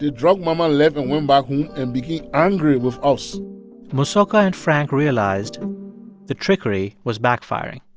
drug mama left and went back home and became angry with us mosoka and frank realized the trickery was backfiring.